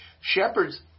shepherds